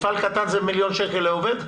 מפעל קטן זה מיליון שקל לעובד?